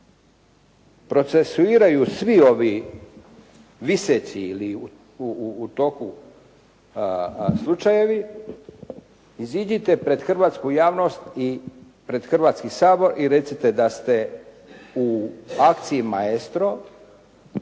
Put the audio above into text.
procesuiraju svi ovi viseći ili u toku slučajevi, iziđite pred hrvatsku javnost i pred Hrvatski sabor i recite da ste u akciji "Maestro"